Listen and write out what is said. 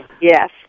yes